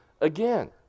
again